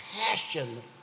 passion